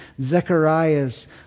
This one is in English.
Zechariah's